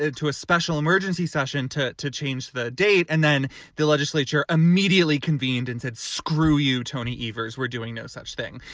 and to a special emergency session to to change the date. and then the legislature immediately convened and said, screw you, tony iver's. we're doing no such thing.